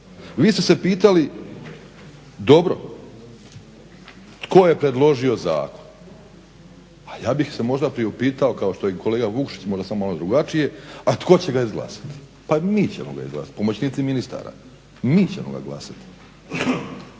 Vi ste se pitali dobro tko je predložio zakon, a ja bih se možda priupitao kao što je i kolega Vukšić, možda samo malo drugačije, a tko će ga izglasati. Pa mi ćemo ga izglasati, pomoćnici ministara, mi ćemo ga glasati.